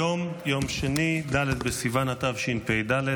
היום יום שני ד' בסיוון התשפ"ד,